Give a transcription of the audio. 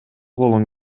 колун